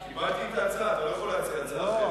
קיבלתי את ההצעה, אתה לא יכול להציע הצעה אחרת.